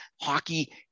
hockey